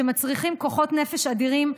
שמצריכים כוחות נפש אדירים,